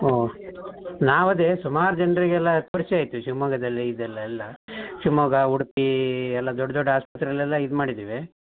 ಹ್ಞೂ ನಾವದೇ ಸುಮಾರು ಜನರಿಗೆಲ್ಲ ತೋರಿಸಿ ಆಯಿತು ಶಿವಮೊಗ್ಗದಲ್ಲಿ ಇದೆಲ್ಲ ಎಲ್ಲ ಶಿವಮೊಗ್ಗ ಉಡುಪಿ ಎಲ್ಲ ದೊಡ್ಡ ದೊಡ್ಡ ಆಸ್ಪತ್ರೆಲೆಲ್ಲ ಇದು ಮಾಡಿದ್ದೀವಿ